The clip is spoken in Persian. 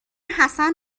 حسن